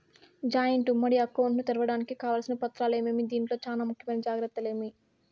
Joint ఉమ్మడి account ను తెరవడానికి కావాల్సిన పత్రాలు ఏమేమి? దీంట్లో చానా ముఖ్యమైన జాగ్రత్తలు ఏమి?